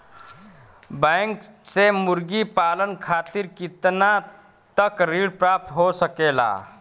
Bank से मुर्गी पालन खातिर कितना तक ऋण प्राप्त हो सकेला?